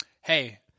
Hey